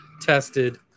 tested